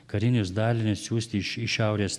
karinius dalinius siųsti į į šiaurės